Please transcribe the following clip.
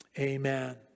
Amen